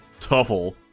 Tuffle